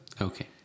Okay